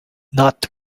not